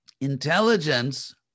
intelligence